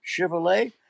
Chevrolet